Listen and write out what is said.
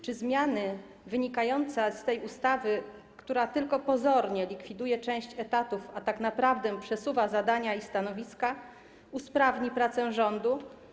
Czy zmiany wynikające z tej ustawy, która tylko pozornie likwiduje część etatów, a tak naprawdę przesuwa zadania i stanowiska, usprawnią pracę rządu?